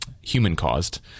human-caused